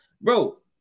bro